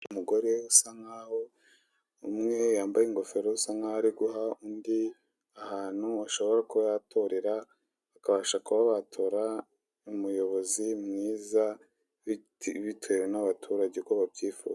Umugore usa nk'aho umwe yambaye ingofero usa nk'aho ari guha undi ahantu ashobora kuba yatorera bakabasha kuba batora umuyobozi mwiza bitewe n'abaturage uko babyifuza.